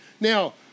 Now